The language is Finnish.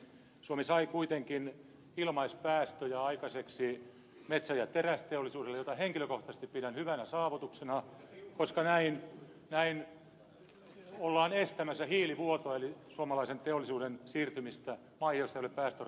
suomi sai kuitenkin ilmaispäästöjä aikaiseksi metsä ja terästeollisuudelle mitä henkilökohtaisesti pidän hyvänä saavutuksena koska näin ollaan estämässä hiilivuotoa eli suomalaisen teollisuuden siirtymistä maihin joissa ei ole päästörajoituksia ollenkaan